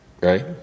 Right